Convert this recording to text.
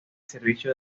servicio